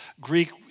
Greek